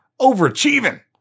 Overachieving